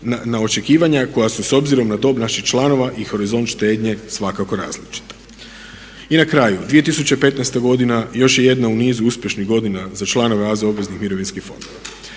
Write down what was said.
na očekivanja koja su s obzirom na dob naših članova i horizont štednje svakako različita. I na kraju, 2015.godina još je jedna u nizu uspješnih godina za članove AZ obveznih mirovinskih fondova.